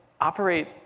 operate